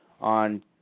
on